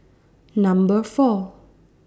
Number four